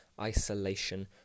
isolation